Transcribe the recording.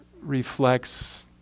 reflects